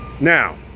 Now